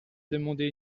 demandé